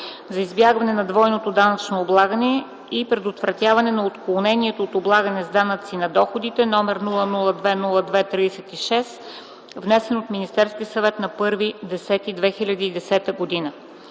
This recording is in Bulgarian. за избягване на двойното данъчно облагане и предотвратяване на отклонението от облагане с данъци на доходите, № 002-02-36, внесен от Министерския съвет на 1 октомври